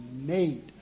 made